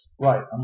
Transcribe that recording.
Right